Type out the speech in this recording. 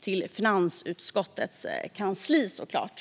till finansutskottets kansli, såklart.